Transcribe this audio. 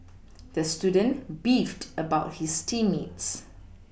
the student beefed about his team mates